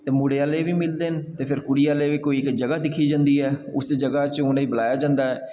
ते मुड़े आह्ले बी मिलदे न ते कुड़ी आह्ले फ्ही इक्क जगह दिक्खी जंदी ऐ ते उ'नेंगी बलाया जंदा ऐ